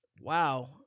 wow